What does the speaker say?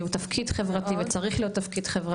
שהוא תפקיד חברתי וצריך להיות תפקיד חברתי.